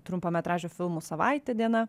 trumpametražių filmų savaitė diena